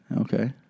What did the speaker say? Okay